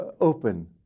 open